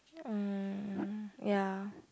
mm ya